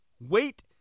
Wait